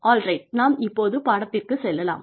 alright நாம் இப்போது பாடத்திற்குச் செல்லலாம்